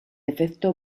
efecto